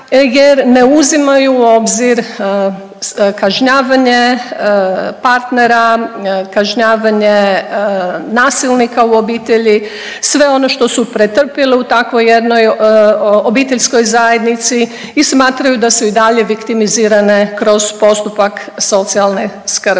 egr ne uzimaju u obzir kažnjavanje partnera, kažnjavanje nasilnika u obitelji sve ono što su pretrpjele u takvoj jednoj obiteljskoj zajednici i smatraju da su i dalje viktimizirane kroz postupak socijalne skrbi.